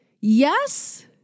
yes